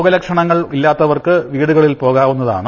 രോഗലക്ഷണങ്ങൾ ഇല്ലാത്തവർക്ക് വീടുകളിൽ പോകാവുന്നതാണ്